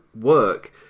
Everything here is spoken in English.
work